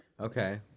Okay